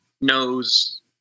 knows